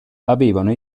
avevano